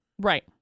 Right